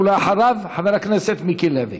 אחריו, חבר הכנסת מיקי לוי.